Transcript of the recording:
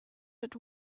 but